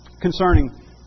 Concerning